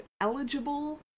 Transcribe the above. eligible